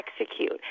execute